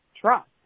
trust